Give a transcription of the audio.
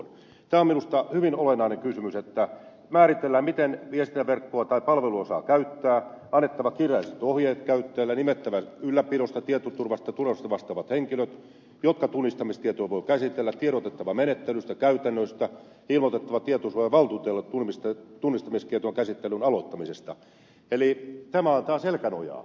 tämä on minusta hyvin olennainen kysymys että määritellään miten viestintäverkkoa tai palvelua saa käyttää on annettava kirjalliset ohjeet käyttäjälle nimettävä ylläpidosta tietoturvasta tai turvallisuudesta vastaavat henkilöt jotka tunnistamistietoja voivat käsitellä tiedotettava menettelystä käytännöistä ilmoitettava tietosuojavaltuutetulle tunnistamistietojen käsittelyn aloittamisesta eli tämä antaa selkänojaa